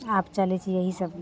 आब चलय छै यही सभ